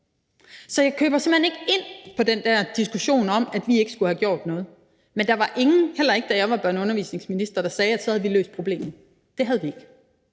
Så jeg køber simpelt hen ikke den der diskussion om, at vi ikke skulle have gjort noget. Men der var ingen, heller ikke da jeg var børne- og undervisningsminister, der sagde, at så havde vi løst problemet. Det havde vi ikke.